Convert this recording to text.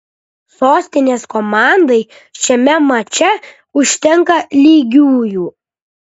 sostinės komandai šiame mače užtenka lygiųjų